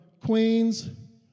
Queens